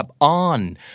on